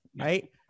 Right